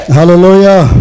Hallelujah